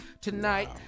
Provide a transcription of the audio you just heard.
tonight